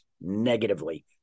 negatively